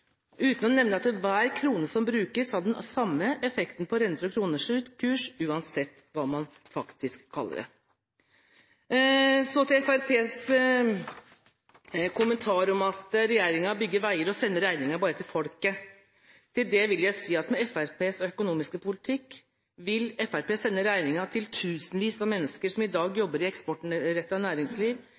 uten å nevne at hver krone som brukes, har den samme effekten på renter og kronekurs, uansett hva man faktisk kaller det. Så til Fremskrittspartiets kommentar om at regjeringen bygger veier og sender regningen til folket. Til det vil jeg si at med Fremskrittspartiets økonomiske politikk vil Fremskrittspartiet sende regningen til tusenvis av mennesker som i dag jobber i eksportrettet næringsliv,